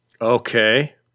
Okay